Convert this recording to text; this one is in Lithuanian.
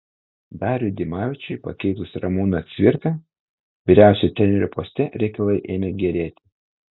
dariui dimavičiui pakeitus ramūną cvirką vyriausiojo trenerio poste reikalai ėmė gerėti